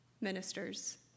ministers